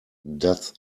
does